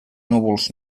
núvols